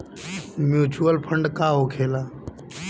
Mutual fund का होखेला?